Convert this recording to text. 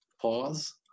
pause